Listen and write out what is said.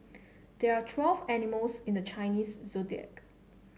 there are twelve animals in the Chinese Zodiac